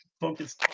Focus